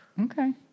Okay